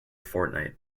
fortnight